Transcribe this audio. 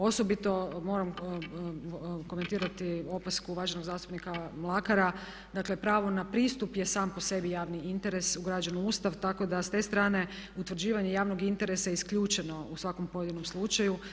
Osobito moram komentirati opasku uvaženog zastupnika Mlakara, dakle pravo na pristup je sam po sebi javni interes ugrađen u Ustav tako da s te strane utvrđivanje javnog interesa je isključeno u svakom pojedinom slučaju.